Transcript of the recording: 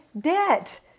debt